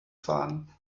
fahren